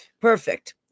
Perfect